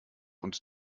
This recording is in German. und